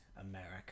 America